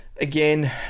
again